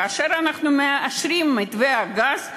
כאשר אנחנו מאשרים את מתווה הגז,